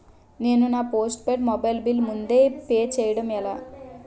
నేను నా postpaid mobile bill ముందే పే చేయడం ఎలా?